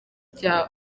kujya